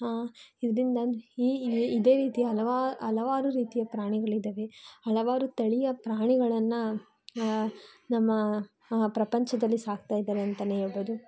ಇದರಿಂದ ಈ ಇದೇ ರೀತಿಯ ಹಲವಾ ಹಲವಾರು ರೀತಿಯ ಪ್ರಾಣಿಗಳಿದ್ದಾವೆ ಹಲವಾರು ತಳಿಯ ಪ್ರಾಣಿಗಳನ್ನು ನಮ್ಮ ಪ್ರಪಂಚದಲ್ಲಿ ಸಾಕ್ತಾಯಿದ್ದಾರೆ ಅಂತಲೇ ಹೇಳಬಹುದು